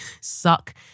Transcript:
Suck